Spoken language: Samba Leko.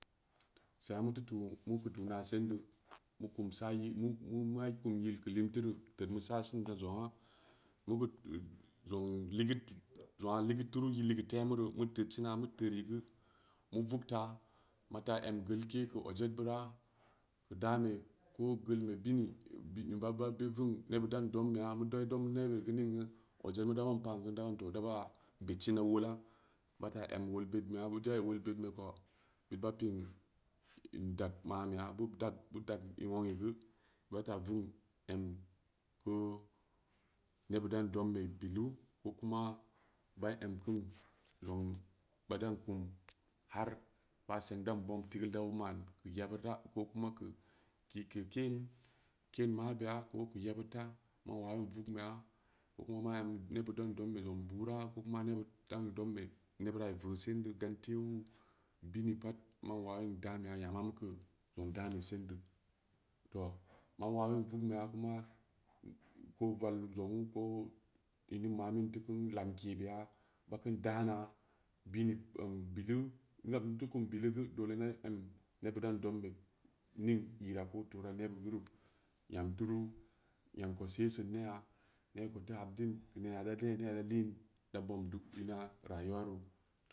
Seng aa muteu tuu mu keu tuu na sen deu mu kum sa yilu mu ma kum yil keu lim teu reu ted mu sa siin keu jong aa jong hgid- jong aa ligid turu ligeu tema rue mu ted sina mu terii geu mu vukta mata em geil ke keu ojedbura keu dame ko gelbe bini baba- ba vong nebud dan dombeya idai dom nebuni ninge ojedmu damu paan ge da ban too daba bedsina wola bata em wol bednbeya ben jai wolbednbe kou bit ba piin indag ma'an beya beu dag-beu dag wong. T gou bata vugnem ko nebud da'an donibe bilu ko kuma ba em ke'in zong badan kum har ba seng dan bobm tigeul da beu ma'an keu yebura ko kuma keu kiin keen mabeya ko keu yebud ta ma wawin vugnbeya kokuma ma em nebud daan dombe zong bura kokuma nebud da'an dombe nebura ivoo son deu gante wuu bini pat man wawin danbeya yama mu keu zong daan be se'in deu foo man wawin vugnbeya kuma ko val zong'uu ko in ning manin teu kunu lamke beya ba keu'in da'ana bini bilu in gab in teu kum bilu geu dole inda em nebud dan dombe ning ira. ko torah nebudgeu ruu yam turu yam kou se sin ne'a ne kou teu habdin keu nena da lin da bobm du ma rayuwaru